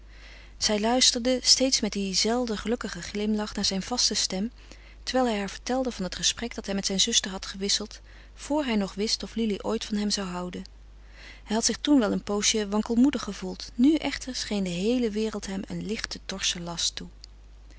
zij luisterde steeds met dien zelfde gelukkigen glimlach naar zijn zachte stem terwijl hij haar vertelde van het gesprek dat hij met zijn zuster had gewisseld vor hij nog wist of lili ooit van hem zou houden hij had zich toen wel een poosje wankelmoedig gevoeld nu echter scheen de heele wereld hem een licht te torsen last toe